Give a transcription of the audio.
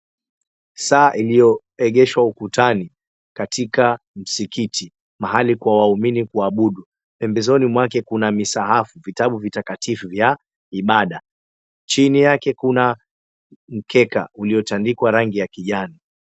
Saa iliyoegeshwa ukutani katika msikiti mahali kwa waumini kuabudu pembezoni mwake kuna misaafu, vitabu vitakatifu vya ibada. Chini yake kuna mkeka uliotandikwa rangi ya kijani.